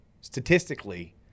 Statistically